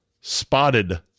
spotted